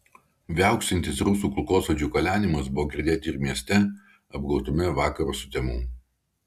viauksintis rusų kulkosvaidžių kalenimas buvo girdėti ir mieste apgaubtame vakaro sutemų